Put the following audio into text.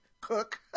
cook